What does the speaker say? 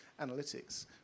analytics